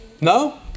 No